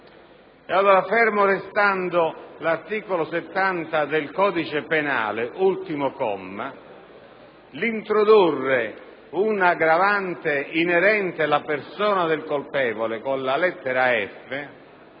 ad altre. Fermo restando l'articolo 70 del codice penale, ultimo comma, l'introdurre un'aggravante inerente la persona del colpevole con la lettera *f*)